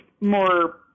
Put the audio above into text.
more